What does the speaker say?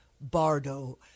bardo